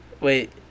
Wait